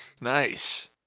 Nice